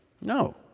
No